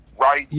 Right